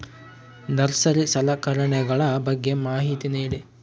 Nursery ಸಲಕರಣೆಗಳ ಬಗ್ಗೆ ಮಾಹಿತಿ ನೇಡಿ?